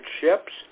ships